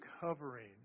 covering